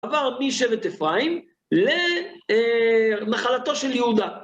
עבר משבט אפרים למחלתו של יהודה.